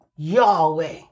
Yahweh